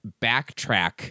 backtrack